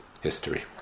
history